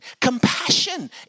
Compassion